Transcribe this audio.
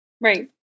Right